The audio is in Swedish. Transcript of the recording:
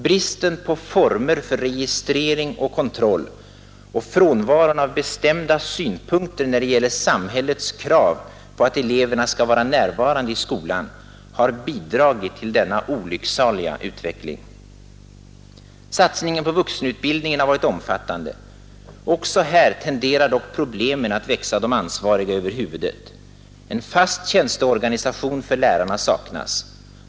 Bristen på former för registrering och kontroll och frånvaron av bestämda synpunkter när det gäller samhällets krav på att eleverna skall vara närvarande i skolan har bidragit till denna olycksaliga utveckling. Satsningen på vuxenutbildningen har varit omfattande. Också här tenderar dock problemen att växa de ansvariga över huvudet. En fast tjänsteorganisation för lärarna saknas.